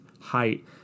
height